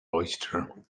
oyster